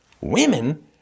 Women